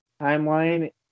timeline